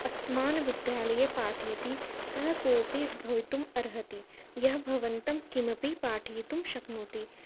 अस्मान् विद्यालये पाठयति सः कोऽपि भवितुम् अर्हति यः भवन्तं किमपि पाठयितुं शक्नोति